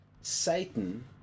Satan